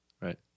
Right